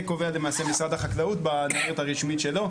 קובע משרד החקלאות במדיניות הרשמית שלו,